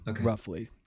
roughly